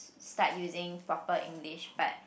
start using proper English but